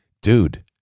dude